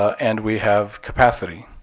and we have capacity.